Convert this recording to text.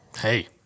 Hey